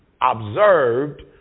observed